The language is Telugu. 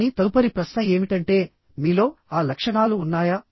కానీ తదుపరి ప్రశ్న ఏమిటంటే మీలో ఆ లక్షణాలు ఉన్నాయా